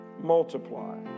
multiply